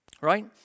right